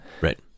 Right